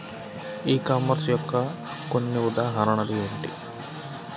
E commerce యొక్క కొన్ని ఉదాహరణలు ఏమిటి?